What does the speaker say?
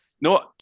No